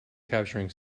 capturing